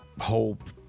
hope